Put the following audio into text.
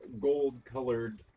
gold-colored